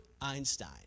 einstein